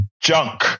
junk